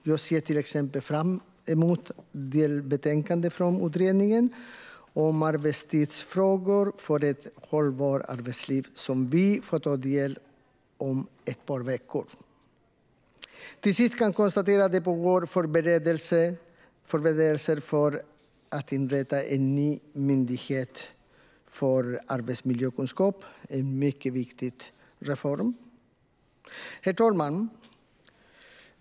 Jag ser till exempel fram emot delbetänkandet från utredningen om arbetstidsfrågor för ett hållbart arbetsliv, som vi får ta del av om ett par veckor. Till sist kan jag konstatera att det pågår förberedelser för att inrätta en ny myndighet för arbetsmiljökunskap. Detta är en mycket viktig reform. Herr talman!